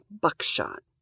buckshot